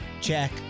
Check